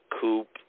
Coop